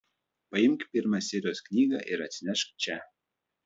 paimk pirmą serijos knygą ir atsinešk čia